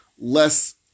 less